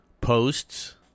posts